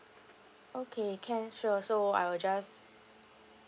okay can sure so I will just